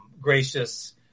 gracious